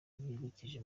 yerekeje